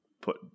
put